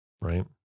right